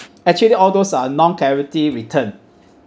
actually all those are non clarity return